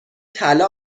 طلا